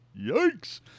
yikes